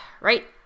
right